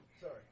Sorry